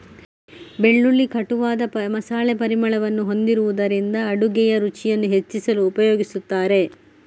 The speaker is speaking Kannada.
ಬೆಳ್ಳುಳ್ಳಿ ಕಟುವಾದ ಮಸಾಲೆ ಪರಿಮಳವನ್ನು ಹೊಂದಿರುವುದರಿಂದ ಅಡುಗೆಯ ರುಚಿಯನ್ನು ಹೆಚ್ಚುಗೊಳಿಸಲು ಉಪಯೋಗಿಸುತ್ತಾರೆ